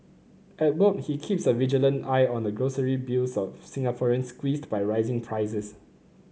at work he keeps a vigilant eye on the grocery bills of Singaporeans squeezed by rising prices